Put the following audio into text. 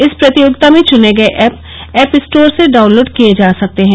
इस प्रतियोगिता में चुने गए ऐप ऐप स्टोर से डाउनलोड किए जा सकते हैं